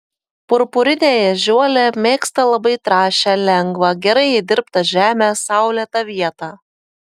purpurinė ežiuolė mėgsta labai trąšią lengvą gerai įdirbtą žemę saulėtą vietą